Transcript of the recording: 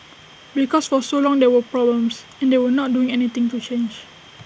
because for so long there were problems and they were not doing anything to change